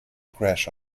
crash